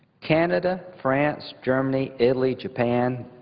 canada, france, germany, italy, japan,